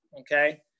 Okay